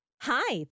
Hi